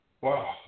Wow